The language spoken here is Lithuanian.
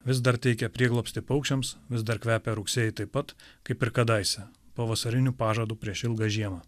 vis dar teikia prieglobstį paukščiams vis dar kvepia rugsėjį taip pat kaip ir kadaise pavasariniu pažadu prieš ilgą žiemą